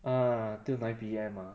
err till nine P_M ah